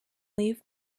leave